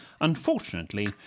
Unfortunately